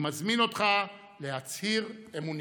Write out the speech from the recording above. אני מזמין אותך להצהיר אמונים.